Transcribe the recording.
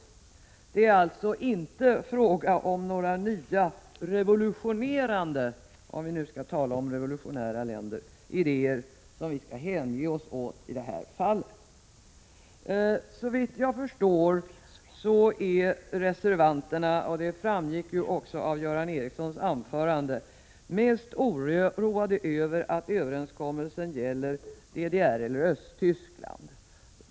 Det är alltså inte fråga om några nya, revolutionerande — om vi nu skall tala om revolutionära länder — idéer som vi skall hänge oss åt. Såvitt jag förstår är reservanterna mest oroade över att överenskommelsen gäller DDR eller Östtyskland — vilket också framgick av Göran Ericssons anförande.